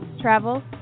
travel